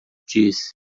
disse